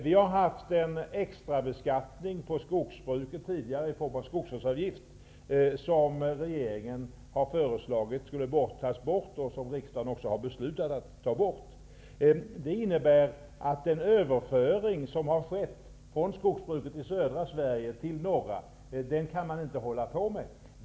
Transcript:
Vi har haft en extra beskattning på skogsbruket tidigare i form av en skogsvårdsavgift, som regeringen har föreslagits skall tas bort och som riksdagen har beslutat skall tas bort. Det innebär att den överföring som har skett från skogsbruket i södra Sverige till bruket i norra Sverige kan man inte längre hålla på.